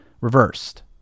reversed